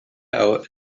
awr